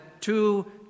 two